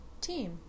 team